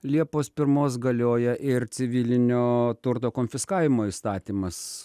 liepos pirmos galioja ir civilinio turto konfiskavimo įstatymas